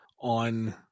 on